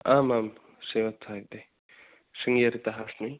आमाम् श्रीवत्सः इति शृङ्गेरितः अस्मि